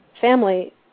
family